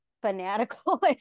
fanatical